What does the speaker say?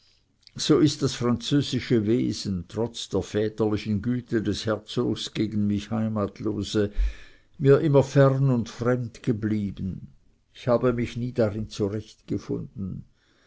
so ist das französische wesen trotz der väterlichen güte des herzogs gegen mich heimatlose mir immer fern und fremd geblieben ich habe mich nie darin zurechtgefunden